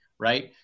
Right